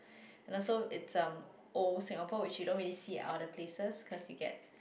and also it's um old Singapore which you don't really see in other places because you get